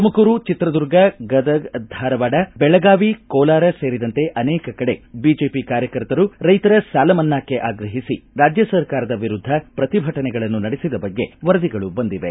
ತುಮಕೂರು ಚಿತ್ರದುರ್ಗ ಗದಗ್ ಧಾರವಾಡ ಬೀದರ್ ಕಲಬುರಗಿ ರಾಯಚೂರು ಬೆಳಗಾವಿ ಕೋಲಾರ ಸೇರಿದಂತೆ ಅನೇಕ ಕಡೆ ಬಿಜೆಪಿ ಕಾರ್ಯಕರ್ತರು ರೈತರ ಸಾಲಮನ್ನಾಕ್ಷೆ ಆಗ್ರಹಿಸಿ ರಾಜ್ಯ ಸರ್ಕಾರದ ವಿರುದ್ಧ ಪ್ರತಿಭಟನೆಗಳನ್ನು ನಡೆಸಿದ ಬಗ್ಗೆ ವರದಿಗಳು ಬಂದಿವೆ